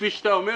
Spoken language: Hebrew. כפי שאתה אומר,